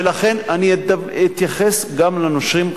ולכן אני אתייחס גם לנושרים,